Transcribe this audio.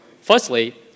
firstly